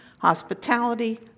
hospitality